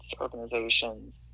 organizations